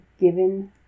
given